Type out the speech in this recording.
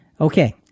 Okay